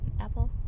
apple